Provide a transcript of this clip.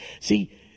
See